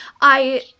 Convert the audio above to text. I-